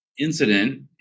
incident